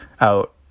out